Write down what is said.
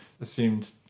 assumed